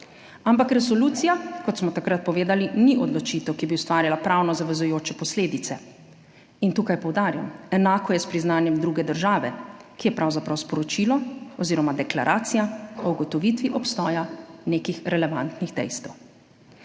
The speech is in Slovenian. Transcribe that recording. Ampak resolucija, kot smo takrat povedali, ni odločitev, ki bi ustvarjala pravno zavezujoče posledice. In tukaj poudarjam, enako je s priznanjem druge države, ki je pravzaprav sporočilo oziroma deklaracija o ugotovitvi obstoja nekih relevantnih dejstev.